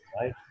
right